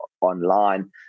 online